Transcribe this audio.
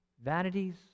Vanities